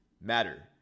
matter